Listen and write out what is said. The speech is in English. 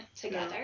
together